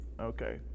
Okay